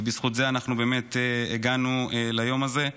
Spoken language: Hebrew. ובזכות זה באמת הגענו ליום הזה.